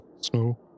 snow